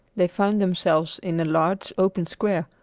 they found themselves in a large, open square,